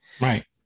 Right